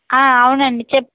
ఆ అవునండి చెప్పండి